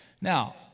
Now